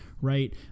right